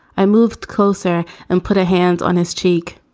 i moved closer and put a hand on his cheek.